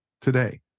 today